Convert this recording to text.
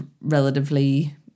relatively